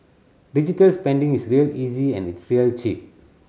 digital spending is real easy and it's real cheap